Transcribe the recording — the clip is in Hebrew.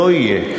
לא יהיה.